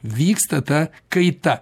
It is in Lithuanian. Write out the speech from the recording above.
vyksta ta kaita